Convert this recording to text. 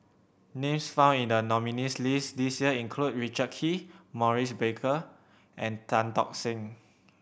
names found in the nominees' list this year include Richard Kee Maurice Baker and Tan Tock Seng